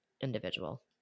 individual